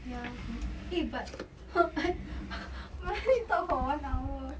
ya okay eh but I what do we talk for one hour